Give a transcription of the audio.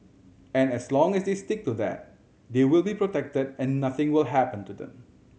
and as long they stick to that they will be protected and nothing will happen to them